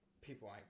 people